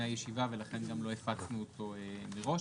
הישיבה ולכן גם לא הפצנו אותו מראש,